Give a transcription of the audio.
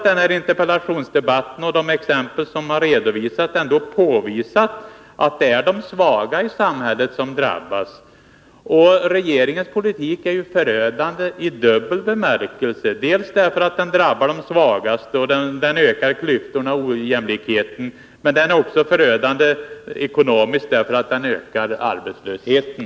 Den här interpellationsdebatten och de exempel som har redovisats ändå påvisar att det är de svaga i samhället som drabbas. Regeringens politik är förödande i dubbel bemärkelse. Den drabbar de svagaste och ökar klyftorna och ojämlikheten, och dessutom är den förödande också ekonomiskt därför att den ökar arbetslösheten.